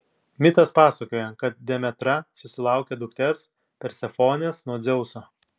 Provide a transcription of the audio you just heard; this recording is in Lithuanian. mitas pasakoja kad demetra susilaukia dukters persefonės nuo dzeuso